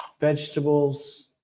vegetables